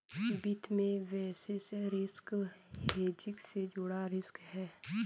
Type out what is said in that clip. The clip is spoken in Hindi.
वित्त में बेसिस रिस्क हेजिंग से जुड़ा रिस्क है